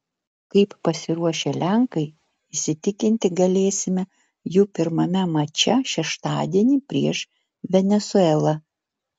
kaip pasiruošę lenkai įsitikinti galėsime jų pirmame mače šeštadienį prieš venesuelą